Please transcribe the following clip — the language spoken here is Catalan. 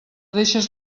deixes